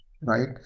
right